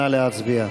נא להצביע.